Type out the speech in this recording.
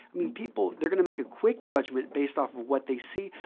i mean people, they're going to make a quick judgment based off of what they see,